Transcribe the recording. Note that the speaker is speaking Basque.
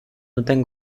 duten